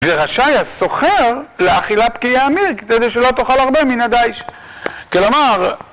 "ורשאי השוכר להאכילה פקיעי עמיר, כדי שלא תאכל הרבה מן הדיש". כלומר...